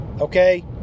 Okay